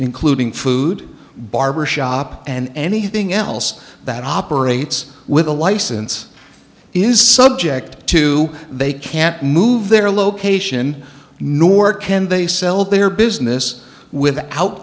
including food barber shop and anything else that operates with a license is subject to they can't move their location nor can they sell their business without